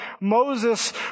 Moses